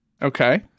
Okay